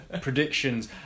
Predictions